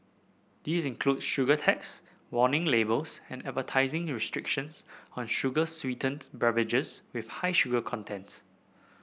these include sugar tax warning labels and advertising restrictions on sugar sweetened beverages with high sugar contents